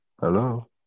Hello